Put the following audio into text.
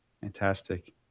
fantastic